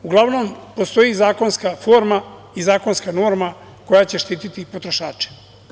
Uglavnom, postoji zakonska forma i zakonska norma koja će štiti potrošače.